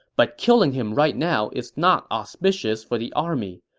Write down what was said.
but killing him right now is not auspicious for the army.